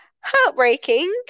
heartbreaking